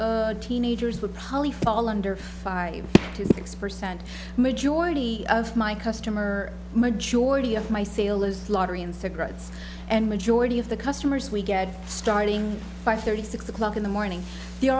teenagers would probably fall under five to x percent majority of my customer majority of my sale is lottery and cigarettes and majority of the customers we get starting five thirty six o'clock in the morning they